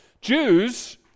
Jews